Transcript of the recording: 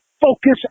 Focus